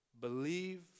believe